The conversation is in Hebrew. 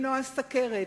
למנוע סוכרת,